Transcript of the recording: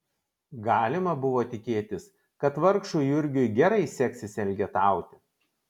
galima buvo tikėtis kad vargšui jurgiui gerai seksis elgetauti